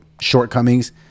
shortcomings